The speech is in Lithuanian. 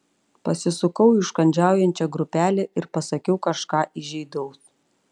pasisukau į užkandžiaujančią grupelę ir pasakiau kažką įžeidaus